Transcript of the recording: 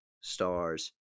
stars